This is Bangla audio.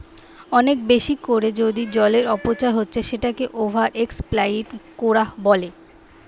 অনেক বেশি কোরে যদি জলের অপচয় হচ্ছে সেটাকে ওভার এক্সপ্লইট কোরা বলে